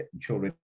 children